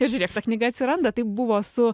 ir žiūrėk ta knyga atsiranda taip buvo su